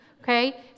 okay